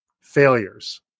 failures